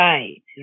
Right